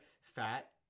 fat